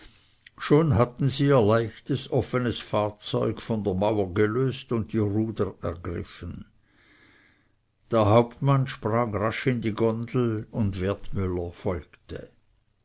schon hatten sie ihr leichtes offenes fahrzeug von der mauer gelöst und die ruder ergriffen der hauptmann sprang rasch in die gondel und wertmüller folgte